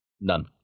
none